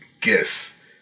guess